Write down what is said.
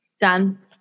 Done